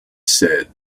said